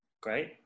Great